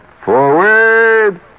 Forward